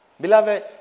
Beloved